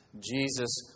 Jesus